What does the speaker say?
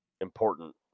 important